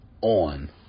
on